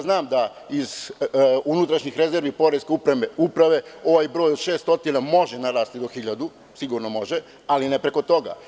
Znam da iz unutrašnjih rezervi poreske uprave ovaj broj od 600 može narasti do 1000, ali ne preko toga.